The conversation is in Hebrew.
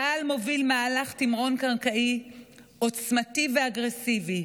צה"ל מוביל מהלך תמרון קרקעי עוצמתי ואגרסיבי,